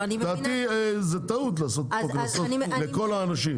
דעתי זו טעות לעשות פה קנסות לכל האנשים.